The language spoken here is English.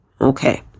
Okay